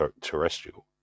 terrestrial